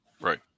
right